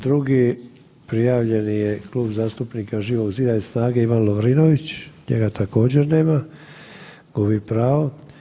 Drugi prijavljeni je Klub zastupnika Živog zida i SNAGE, Ivan Lovrinović, njega također nema, gubi pravo.